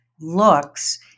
looks